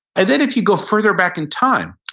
and then if you go further back in time,